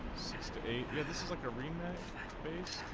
six to eighty of this is like every night base